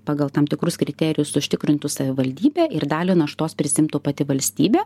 pagal tam tikrus kriterijus užtikrintų savivaldybė ir dalį naštos prisiimtų pati valstybė